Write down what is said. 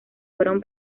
fueron